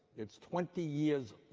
it is twenty years